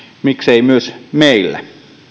miksei myös meillä